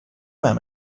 med